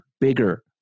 bigger